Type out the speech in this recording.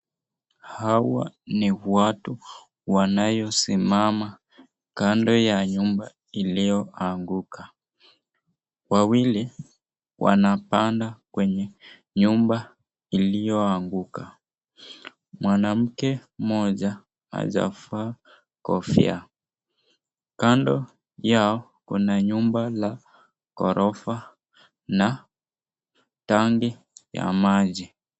Hawa ni watu wanaosimama kando ya nyumba iliyoanguka wawili wanapanda kwenye nyumba iliyoanguka. Mwanamke mmoja hajevaa kofia ,kando yao kuna nyumba la ghorofa na tangi la maji.